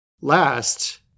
Last